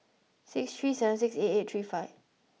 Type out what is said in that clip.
six three seven six eight eight three five